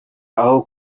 aho